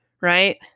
right